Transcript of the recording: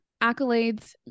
accolades